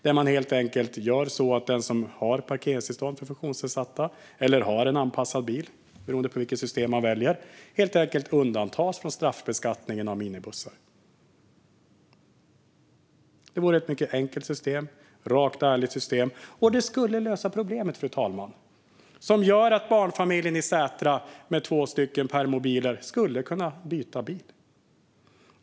Man gör helt enkelt så att den som har parkeringstillstånd för funktionsnedsatta eller som har en anpassad bil, beroende på vilket system man väljer, undantas från straffbeskattningen av minibussar. Det vore ett mycket enkelt och rakt och ärligt system. Och det skulle lösa problemet, fru talman, så att barnfamiljen i Sätra med två permobiler skulle kunna byta bil.